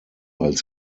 als